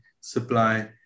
supply